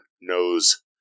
knows